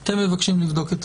תודה.